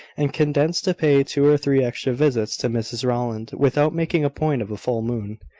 and condescended to pay two or three extra visits to mrs rowland, without making a point of a full moon.